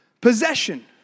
possession